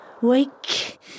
wake